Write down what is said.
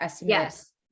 yes